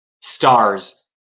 stars